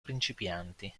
principianti